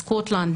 סקוטלנד,